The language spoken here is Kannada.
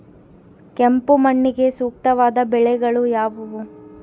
ಕೆಂಪು ಮಣ್ಣಿಗೆ ಸೂಕ್ತವಾದ ಬೆಳೆಗಳು ಯಾವುವು?